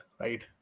right